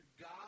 God